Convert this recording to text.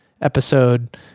episode